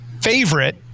favorite